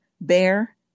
Bear